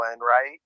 right